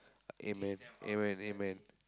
amen amen amen